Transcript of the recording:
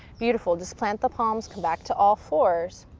beautiful, just plant the palms. come back to all fours.